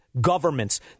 governments